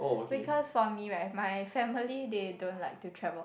because for me right my family they don't like to travel